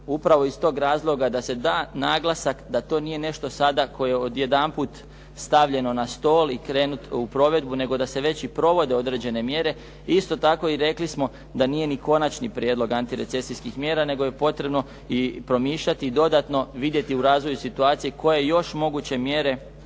upravo iz tog razloga da se da naglasak da to nije nešto sada koje je odjedanput stavljeno na stol i krenuti u provedbu nego da se već i provode određene mjere. Isto tako, i rekli smo da nije ni konačni prijedlog antirecesijskih mjera nego je potrebno i promišljati i dodatno vidjeti u razvoju situacije koje još moguće mjere i